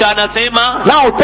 now